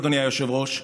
אדוני היושב-ראש,